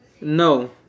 No